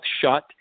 shut